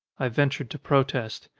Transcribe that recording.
i ventured to protest.